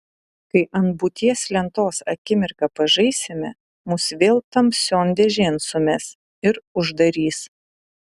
kai ant būties lentos akimirką pažaisime mus vėl tamsion dėžėn sumes ir uždarys